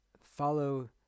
follow